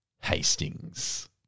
Hastings